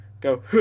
go